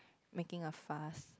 making a fuss